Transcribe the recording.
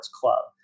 club